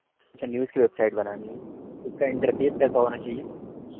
اچھا نیوز کی website بنانی ہے اس کا انٹرفیس کیسا ہونا چاہیے